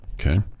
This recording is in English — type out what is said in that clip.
Okay